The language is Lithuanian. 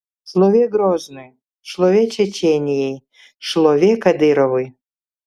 šlovė groznui šlovė čečėnijai šlovė kadyrovui